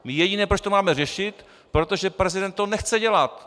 Jediné, proč to my máme řešit protože prezident to nechce dělat!